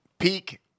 Peak